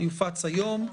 היום.